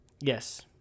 Yes